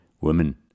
women